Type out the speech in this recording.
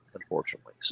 unfortunately